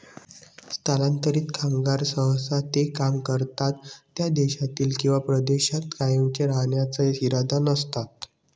स्थलांतरित कामगार सहसा ते काम करतात त्या देशात किंवा प्रदेशात कायमचे राहण्याचा इरादा नसतात